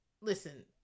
Listen